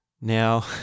Now